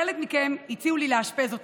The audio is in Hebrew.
חלק מכם הציעו לי לאשפז אותו,